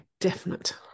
definite